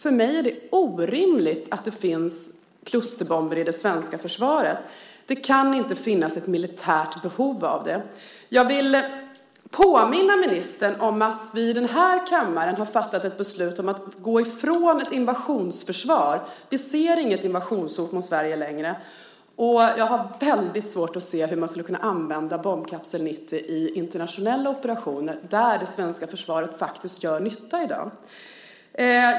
För mig är det orimligt att det finns klusterbomber i det svenska försvaret. Det kan inte finnas ett militärt behov av det. Jag vill påminna ministern om att vi i den här kammaren har fattat ett beslut om att gå ifrån ett invasionsförsvar. Vi ser inget invasionshot mot Sverige längre. Jag har väldigt svårt att se hur man skulle kunna använda bombkapsel 90 i internationella operationer där det svenska försvaret faktiskt gör nytta i dag.